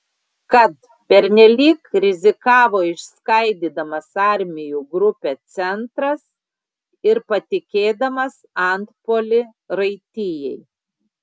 kad pernelyg rizikavo išskaidydamas armijų grupę centras ir patikėdamas antpuolį raitijai